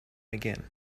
again